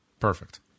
perfect